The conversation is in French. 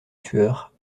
sueur